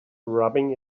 rubbing